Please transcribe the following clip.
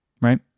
right